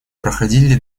проходили